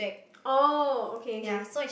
oh okay okay